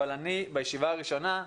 אבל בישיבה הראשונה,